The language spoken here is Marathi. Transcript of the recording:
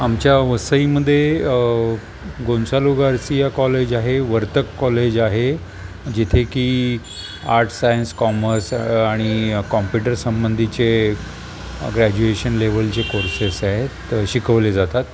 आमच्या वस्साईमध्ये गोन्सालो गारसीया कॉलेज आहे वर्तक कॉलेज आहे जिथे की आर्ट सायन्स कॉमर्स आणि कॉम्प्युटर संबंधीचे ग्रॅज्युएशन लेवलचे कोर्सेस आहेत शिकवले जातात